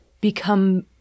become